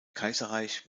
kaiserreich